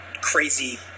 crazy